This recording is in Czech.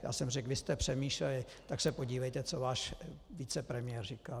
Já jsem řekl, vy jste přemýšleli, tak se podívejte, co váš vicepremiér říkal.